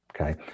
okay